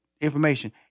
information